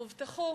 הובטחו,